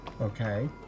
Okay